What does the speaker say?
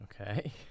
Okay